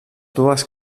dues